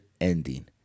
ending